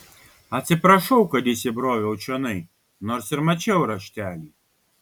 atsiprašau kad įsibroviau čionai nors ir mačiau raštelį